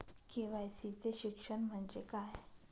KYC चे शिक्षण म्हणजे काय?